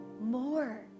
more